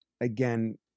again